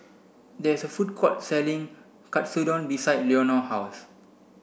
there is a food court selling Katsudon behind Leonor house